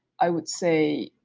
i would say,